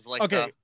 Okay